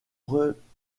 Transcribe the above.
relégation